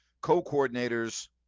co-coordinators